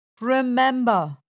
remember